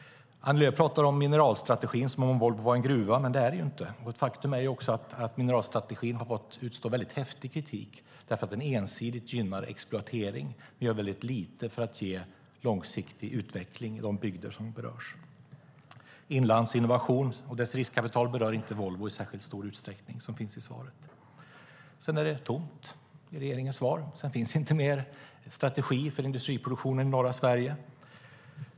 Annie Lööf pratar om mineralstrategin som om Volvo vore en gruva. Men det är det inte. Faktum är också att mineralstrategin har fått utstå häftig kritik för att den ensidigt gynnar exploatering. Den gör väldigt lite för att ge långsiktig utveckling i de bygder som berörs. Inlandsinnovation, som nämns i svaret, och dess riskkapital berör inte Volvo i särskilt stor utsträckning. Sedan är det tomt i regeringens svar. Det finns inte någon mer strategi för industriproduktionen i norra Sverige.